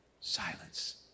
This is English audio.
silence